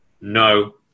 no